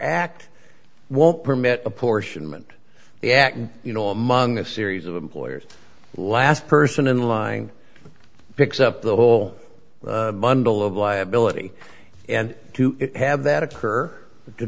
act won't permit apportionment the act you know among a series of employers last person in line picks up the whole bundle of liability and to have that occur to